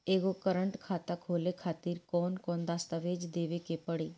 एगो करेंट खाता खोले खातिर कौन कौन दस्तावेज़ देवे के पड़ी?